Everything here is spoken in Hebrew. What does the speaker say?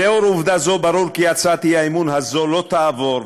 לנוכח עובדה זו ברור כי הצעת האי-אמון הזאת לא תעבור,